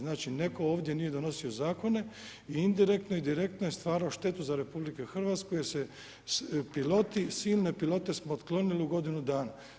Znači netko ovdje nije donosio zakone i indirektno i direktno je stvarao štetu za RH jer se piloti, silne pilote smo otklonili u godinu dana.